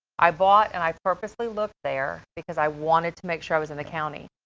i bought, and i've purposely looked there because i wanted to make sure i was in the county.